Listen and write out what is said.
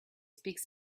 speaks